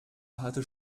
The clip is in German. hatte